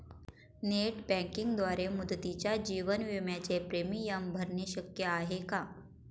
Net बँकिंगद्वारे मुदतीच्या जीवन विम्याचे प्रीमियम भरणे शक्य आहे का?